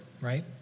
right